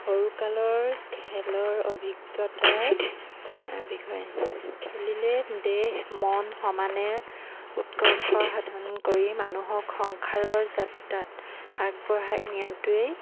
সৰুকালৰ খেলৰ অভিজ্ঞতাৰ বিষয়ে খেলিলে দেহ মন সমানে উৎকৰ্ষ সাধন কৰি মানুহক সংসাৰৰ যাত্ৰাত আগবঢ়াই নিয়াটোৱেই